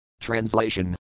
Translation